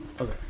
Okay